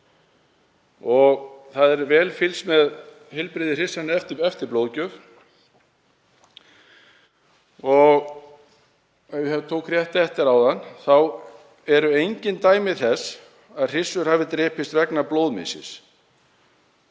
og er vel fylgst með heilbrigði hryssanna eftir blóðgjöf. Ef ég tók rétt eftir áðan þá eru engin dæmi þess að hryssur hafi drepist vegna blóðmissis.